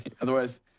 otherwise